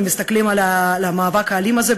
הם מסתכלים על המאבק האלים הזה,